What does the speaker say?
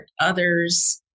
others